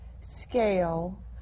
scale